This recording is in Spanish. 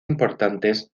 importantes